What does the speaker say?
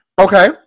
Okay